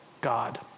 God